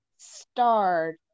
starred